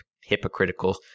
hypocritical